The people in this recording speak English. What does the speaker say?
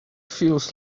feels